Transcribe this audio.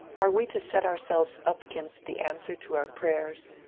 are we to set ourselves up against the answer to our prayers?